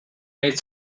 made